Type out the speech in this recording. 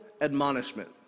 admonishment